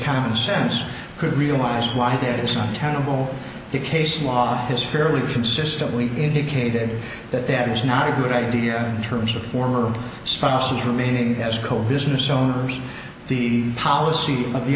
commonsense could realize why this town i'm on the case law has fairly consistently indicated that that is not a good idea terms of former spouses remaining as coal business owners the policy of the